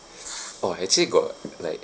orh actually got like